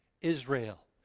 Israel